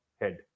head